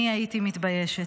אני הייתי מתביישת.